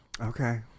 Okay